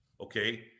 okay